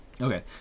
Okay